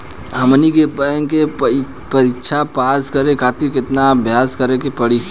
हमनी के बैंक के परीक्षा पास करे खातिर केतना अभ्यास करे के पड़ी?